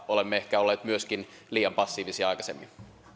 olemme ehkä olleet myöskin liian passiivisia aikaisemmin